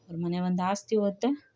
ಅವ್ರ ಮನೆ ಒಂದು ಆಸ್ತಿ ಹೋಗತ್ತೆ